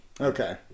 Okay